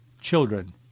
children